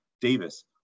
Davis